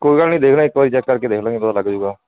ਕੋਈ ਗੱਲ ਨਹੀਂ ਦੇਖਦਾ ਇੱਕ ਵਾਰੀ ਚੈੱਕ ਕਰਕੇ ਦੇਖ ਲਵਾਂਗੇ ਪਤਾ ਲੱਗ ਜਾਊਗਾ